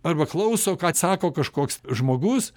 arba klauso ką atsako kažkoks žmogus